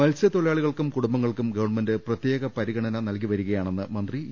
മത്സ്യത്തൊഴിലാളികൾക്കും കുടുംബങ്ങൾക്കും ഗവൺമെന്റ് പ്രത്യേക പരിഗണന നൽകി വരികയാണെന്ന് മന്ത്രി ഇ